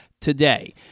today